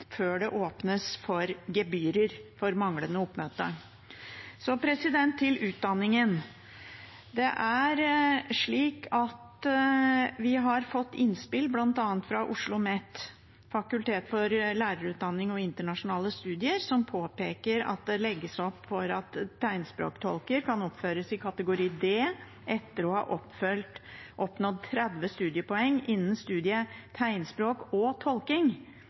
før det åpnes for gebyrer for manglende oppmøte. Til utdanningen: Vi har fått innspill bl.a. fra OsloMet, fakultet for lærerutdanning og internasjonale studier, som påpeker at det kan «legges til rette for at tegnspråktolker kan oppføres i kategori D etter å ha oppnådd 30 studiepoeng innen studiet Tegnspråk og tolking».